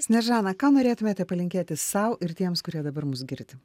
sniežana ką norėtumėte palinkėti sau ir tiems kurie dabar mus girdi